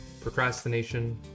procrastination